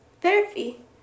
therapy